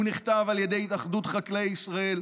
הוא נכתב על ידי התאחדות חקלאי ישראל,